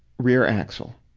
rear axle.